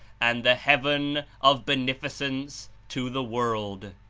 and the heaven of beneficence to the world.